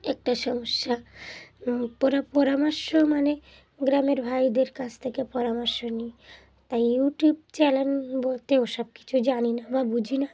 একটা সমস্যা পরা পরামর্শ মানে গ্রামের ভাইদের কাছ থেকে পরামর্শ নিই তাই ইউটিউব চ্যানেল বলতেও সব কিছু জানি না বা বুঝি না